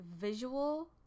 visual